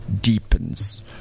deepens